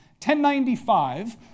1095